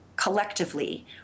collectively